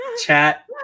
chat